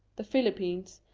the philippines,